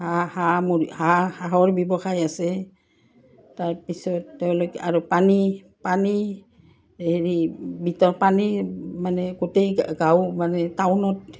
হাঁহ হাঁহ হাঁহ হাঁহৰ ব্যৱসায় আছে তাৰপিছত তেওঁলোকে আৰু পানী পানী হেৰি ভিতৰত পানী মানে গোটেই গাঁও মানে টাউনত